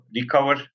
recover